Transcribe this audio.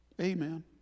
Amen